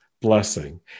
blessing